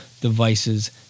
Devices